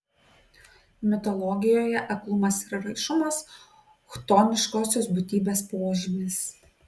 mitologijoje aklumas ir raišumas chtoniškosios būtybės požymis